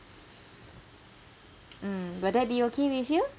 mm will that be okay with you